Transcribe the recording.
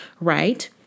right